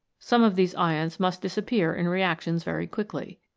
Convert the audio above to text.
some of these ions must dis appear in reactions very quickly.